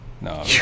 no